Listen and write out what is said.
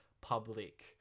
public